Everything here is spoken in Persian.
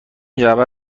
جعبه